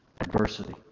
Adversity